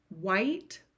white